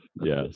yes